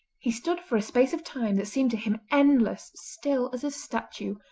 he stood for a space of time that seemed to him endless still as a statue,